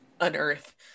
unearth